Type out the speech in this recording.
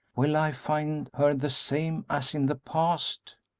will i find her the same as in the past?